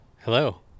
Hello